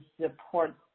support